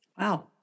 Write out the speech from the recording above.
Wow